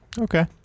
Okay